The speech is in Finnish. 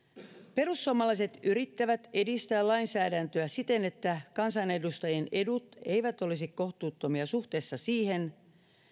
perussuomalaiset yrittävät edistää lainsäädäntöä siten että kansanedustajien edut eivät olisi kohtuuttomia suhteessa siihen